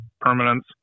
permanence